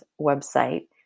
website